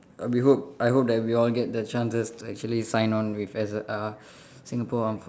uh we hope I hope that we all get the chances to actually sign on with S uh Singapore armed f~